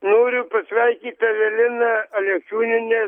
noriu pasveikyt eveliną aleksiūnienę su